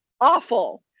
awful